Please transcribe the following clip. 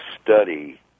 study